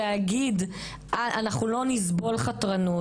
להגיד - אנחנו לא נסבול חתרנות,